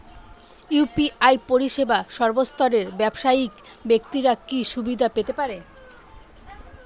UPI পরিসেবা সর্বস্তরের ব্যাবসায়িক ব্যাক্তিরা কি সুবিধা পেতে পারে?